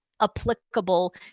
applicable